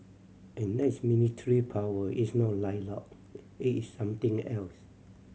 and that's military power it's not it is something else